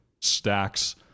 stacks